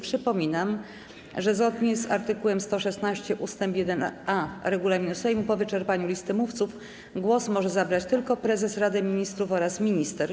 Przypominam, że zgodnie z art. 116 ust. 1a regulaminu Sejmu po wyczerpaniu listy mówców głos może zabrać tylko prezes Rady Ministrów oraz minister.